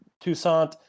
Toussaint